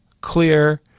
clear